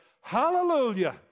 hallelujah